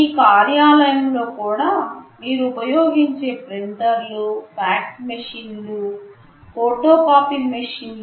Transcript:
మీ కార్యాలయంలో కూడా మీరు ఉపయోగించే ప్రింటర్ లు ఫ్యాక్స్ మిషన్ లుఫోటో కాపీ మిషన్లు